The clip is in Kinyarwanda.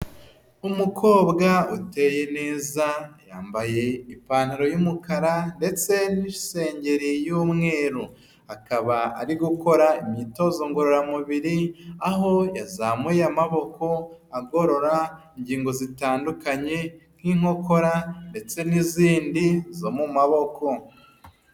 Umukobwa uteye neza yambaye ipantaro y'umukara ndetse n'isengeri y'umweru akaba ari gukora imyitozo ngororamubiri aho yazamuye amaboko agorora ingingo zitandukanye nk'inkokora ndetse n'izindi zo mu maboko.